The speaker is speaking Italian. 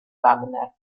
wagner